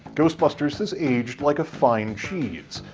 ghostbusters has aged like a fine cheese.